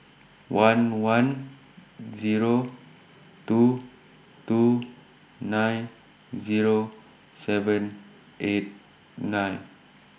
one one Zero two two nine Zero seven eight nine